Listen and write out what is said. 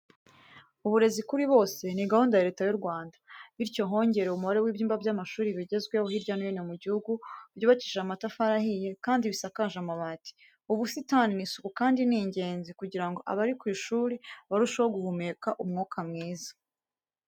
Uburezi kuri bose ni gahunda ya Leta y'u Rwanda, bityo hongerewe umubare w'ibyumba by'amashuri bigezweho hirya no hino mu gihugu byubakishije amatafari ahiye kandi bisakaje amabati. Ubusitani ni isuku kandi ni ingenzi kugira ngo abari ku ishuri barusheho guhumeka umwuka mwiza.